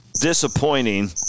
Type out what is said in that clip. Disappointing